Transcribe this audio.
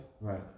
Right